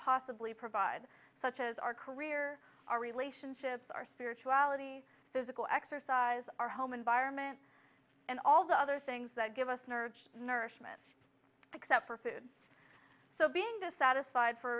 possibly provide such as our career our relationships our spirituality physical exercise our home environment and all the other things that give us an urge nourishment except for food so being dissatisfied for a